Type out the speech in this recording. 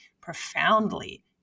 profoundly